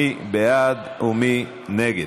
מי בעד ומי נגד?